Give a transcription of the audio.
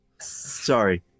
Sorry